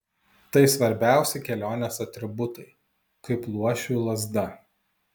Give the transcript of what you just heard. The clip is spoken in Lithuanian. tai svarbiausi kelionės atributai kaip luošiui lazda